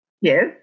Yes